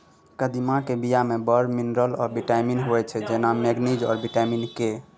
कदीमाक बीया मे बड़ मिनरल आ बिटामिन होइ छै जेना मैगनीज आ बिटामिन के